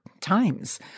Times